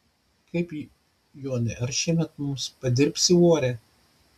kaip jonai ar šiemet mums padirbsi uorę